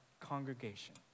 congregation